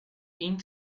ink